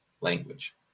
language